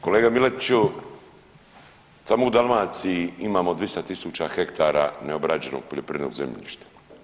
Kolega Miletiću samo u Dalmaciji imamo 200.000 hektara neobrađenog poljoprivrednog zemljišta.